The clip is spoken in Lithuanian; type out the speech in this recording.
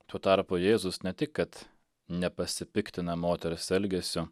tuo tarpu jėzus ne tik kad nepasipiktina moters elgesiu